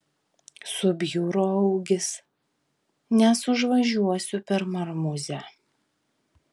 subjuro augis nes užvažiuosiu per marmuzę